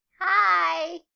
Hi